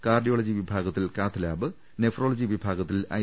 Cardy യോളജി വിഭാഗത്തിൽ cath lab nephrology വിഭാഗത്തിൽ I